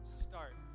start